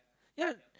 ya